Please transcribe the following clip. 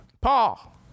Paul